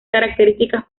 características